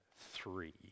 Three